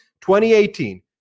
2018